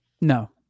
no